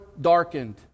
darkened